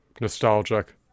Nostalgic